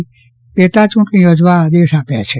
તથા પેટાચૂંટણી યોજવાના આદેશ આપ્યા છે